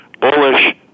bullish